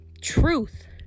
truth